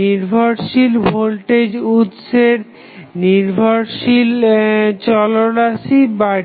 নিরভরশিক voltage উৎসের নির্ভরশীল চলরাশি